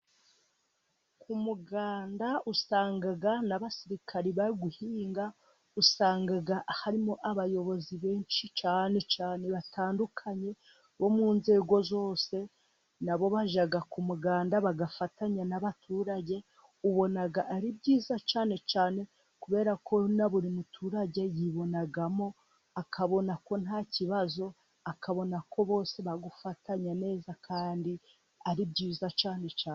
Ku umuganda usanga n'abasirikari bari guhinga, usangagharimo abayobozi benshi cyane cyane batandukanye bo mu nzego zose nabo bajya ku muganda bagafatanya n'abaturage. Ubona ari byiza cyane cyane kubera ko na buri muturage yibonamo akabona ko nta kibazo, akabona ko bose barigufatanya neza kandi ari byiza cyane.